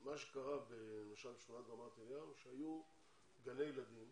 מה שקרה למשל בשכונת רמת אליהו זה שהיו גני ילדים